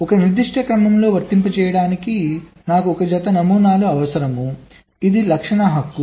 కాబట్టి ఒక నిర్దిష్ట క్రమంలో వర్తింపచేయడానికి నాకు ఒక జత నమూనాలు అవసరం ఇది లక్షణం హక్కు